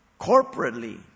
corporately